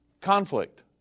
conflict